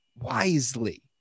wisely